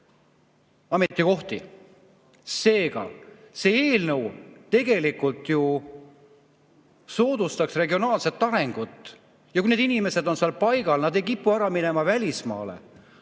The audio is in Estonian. ametikohti. Seega, see eelnõu tegelikult ju soodustaks regionaalset arengut. Kui need inimesed on seal paigal ega kipu ära minema välismaale,